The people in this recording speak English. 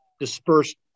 dispersed